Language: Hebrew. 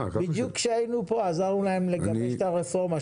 בדיוק כשהיינו פה עזרנו להם לגבש את הרפורמה,